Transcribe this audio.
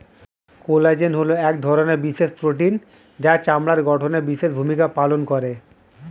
collagen হলো এক ধরনের বিশেষ প্রোটিন যা চামড়ার গঠনে বিশেষ ভূমিকা পালন করে